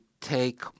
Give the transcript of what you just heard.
take